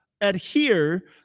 adhere